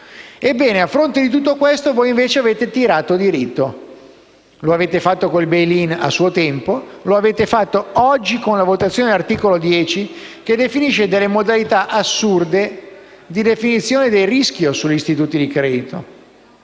rischio. A fronte di tutto questo avete tirato dritto. Lo avete fatto con il *bail in* a suo tempo e oggi con la votazione dell'articolo 10, che definisce le modalità assurde di definizione del rischio degli istituti di credito.